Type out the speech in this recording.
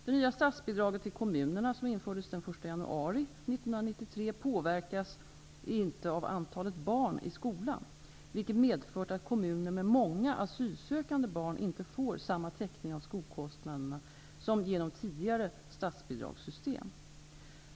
Det nya statsbidraget till kommunerna som infördes den 1 januari 1993 påverkas inte av antalet barn i skolan, vilket medfört att kommuner med många asylsökande barn inte får samma täckning av skolkostnaderna som genom tidigare statsbidragssystem.